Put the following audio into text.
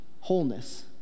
wholeness